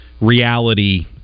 reality